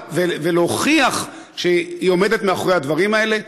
ולהוכיח שהיא עומדת מאחורי הדברים האלה.